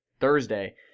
Thursday